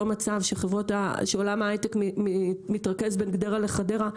מצב שעולם ההיי-טק מתרכז בין גדרה לחדרה,